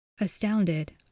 Astounded